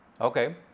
Okay